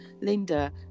Linda